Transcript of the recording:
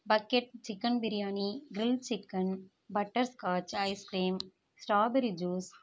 bucket chicken biryani grill chicken butterscotch ice cream strawberry juice